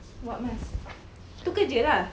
what mask itu kerja ah